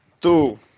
Two